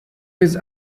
his